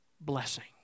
blessing